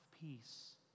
peace